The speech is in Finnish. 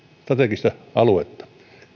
strategista aluetta